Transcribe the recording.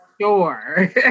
Sure